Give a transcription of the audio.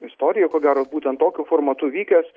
istorija ko gero būtent tokiu formatu vykęs